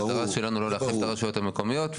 המטרה שלנו היא לא להחליף את הרשויות המקומיות.